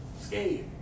scared